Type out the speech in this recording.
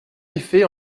effet